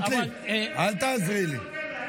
עבר הזמן, את לא מנהלת את הישיבה.